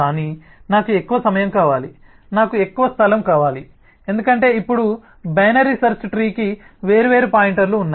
కానీ నాకు ఎక్కువ సమయం కావాలి నాకు ఎక్కువ స్థలం కావాలి ఎందుకంటే ఇప్పుడు బైనరీ సెర్చ్ ట్రీకి వేర్వేరు పాయింటర్లు ఉన్నాయి